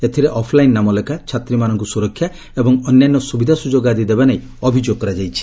ଏଥିରେ ଅଫ୍ଲାଇନ୍ ନାମଲେଖା ଛାତ୍ରୀମାନଙ୍କୁ ସୁରକ୍ଷା ଏବଂ ଅନ୍ୟାନ୍ୟ ସୁବିଧା ସୁଯୋଗ ଆଦି ଦେବା ନେଇ ଅଭିଯୋଗ କରାଯାଇଛି